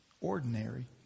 ordinary